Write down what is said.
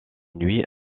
nuit